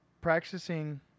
Practicing